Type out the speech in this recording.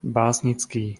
básnický